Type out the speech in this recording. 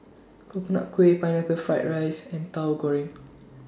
Coconut Kuih Pineapple Fried Rice and Tauhu Goreng